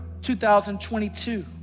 2022